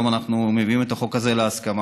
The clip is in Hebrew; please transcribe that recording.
היום אנחנו מביאים את החוק הזה בהסכמה,